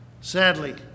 Sadly